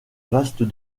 vastes